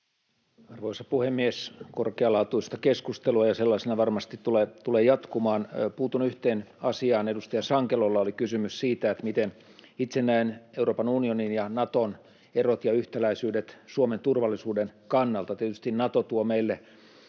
Arvoisa puhemies! Korkealaatuista keskustelua, ja sellaisena se varmasti tulee jatkumaan. Puutun yhteen asiaan. Edustaja Sankelolla oli kysymys siitä, miten itse näen Euroopan unionin ja Naton erot ja yhtäläisyydet Suomen turvallisuuden kannalta. Tietysti Nato tuo meille